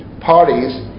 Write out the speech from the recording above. parties